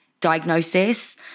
diagnosis